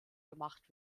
gemacht